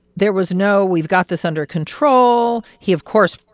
there was no, we've got this under control. he, of course,